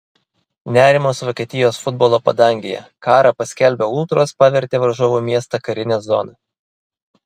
nerimas vokietijos futbolo padangėje karą paskelbę ultros pavertė varžovų miestą karine zona